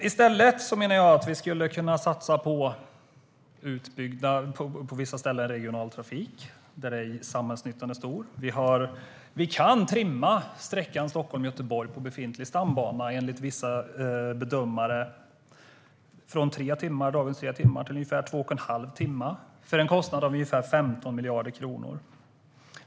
I stället skulle vi kunna satsa på utbyggd regional trafik på vissa ställen där samhällsnyttan är stor. Vi kan trimma sträckan Stockholm-Göteborg på befintlig stambana, enligt vissa bedömare från dagens tre timmar till ungefär två och en halv timme, till en kostnad av ungefär 15 miljarder kronor.